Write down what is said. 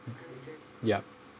yup